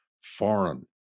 foreign